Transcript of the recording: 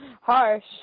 Harsh